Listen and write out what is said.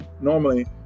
normally